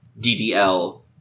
DDL